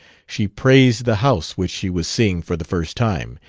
she praised the house, which she was seeing for the first time.